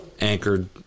anchored